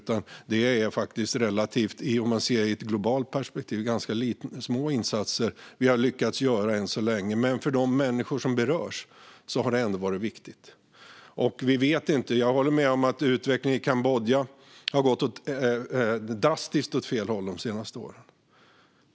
I ett globalt perspektiv är det ganska små insatser vi har lyckats göra än så länge, men för de människor som berörs har de ändå varit viktiga. Jag håller med om att utvecklingen i Kambodja har gått åt drastiskt fel håll de senaste åren.